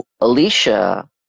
Alicia